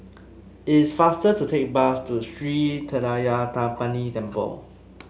it is faster to take bus to Sri Thendayuthapani Temple